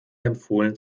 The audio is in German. empfohlen